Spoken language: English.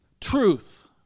truth